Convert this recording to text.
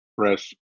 fresh